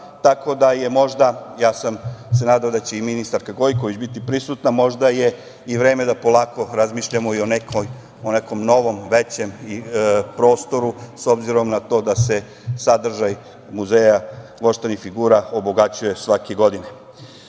tako da, ja sam se nadao da će i ministarka Gojković biti prisutna, možda je i vreme da polako razmišljamo i o nekom novom, većem prostoru, s obzirom na to da se sadržaj Muzeja voštanih figura obogaćuje svake godine. Muzej